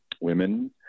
women